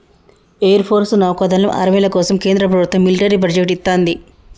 air force, నౌకాదళం, ఆర్మీల కోసం కేంద్ర ప్రభత్వం మిలిటరీ బడ్జెట్ ఇత్తంది